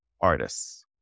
artists